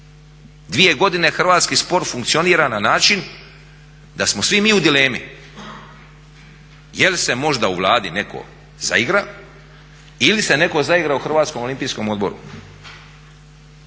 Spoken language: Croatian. Dvije godine hrvatski sport funkcionira na način da smo svi mi u dilemi. Je li se možda u Vladi netko zaigra ili se netko zaigra u HOO-u? Ono što